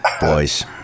boys